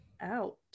out